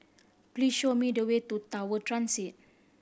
please show me the way to Tower Transit